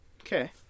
Okay